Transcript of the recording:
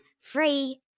free